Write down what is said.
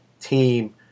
team